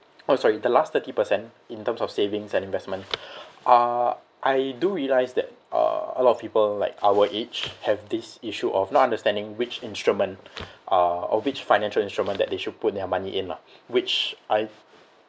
!oh! sorry the last thirty percent in terms of savings and investments uh I do realize that uh a lot of people like our age have this issue of not understanding which instrument uh or which financial instrument that they should put their money in lah which I've